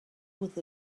with